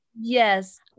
Yes